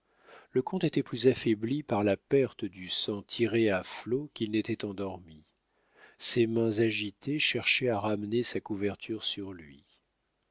le comte était plus affaibli par la perte du sang tiré à flots qu'il n'était endormi ses mains agitées cherchaient à ramener sa couverture sur lui